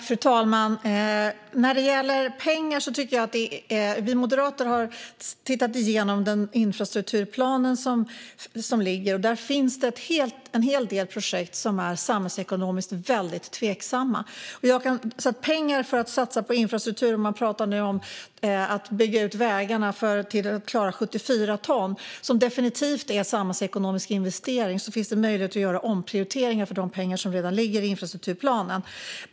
Fru talman! När det gäller pengar har vi moderater tittat igenom den infrastrukturplan som ligger, och där finns det en hel del projekt som är samhällsekonomiskt väldigt tveksamma. Om det finns pengar att satsa på infrastruktur, och man pratar nu om att bygga ut vägarna till att klara 74 ton, vilket definitivt är en samhällsekonomisk investering, så finns det möjlighet att göra omprioriteringar för de pengar som redan ligger i infrastrukturplanen.